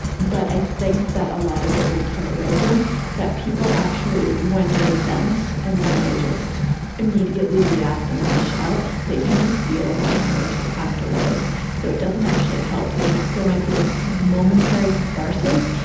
but i think that a lot of it would carry over that people actually when they vent and when they just immediately react and lash out, they tend to feel much worse afterwards. so it doesn't actually help them. there might be this kind of momentary catharsis,